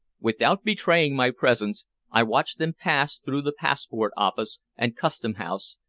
without betraying my presence i watched them pass through the passport-office and custom house,